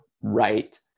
right